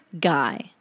Guy